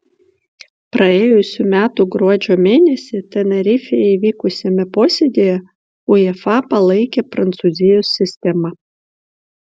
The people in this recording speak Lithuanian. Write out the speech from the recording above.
praėjusių metų gruodžio mėnesį tenerifėje įvykusiame posėdyje uefa palaikė prancūzijos sistemą